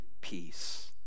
peace